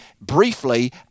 briefly